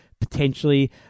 potentially